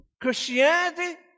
Christianity